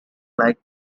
lake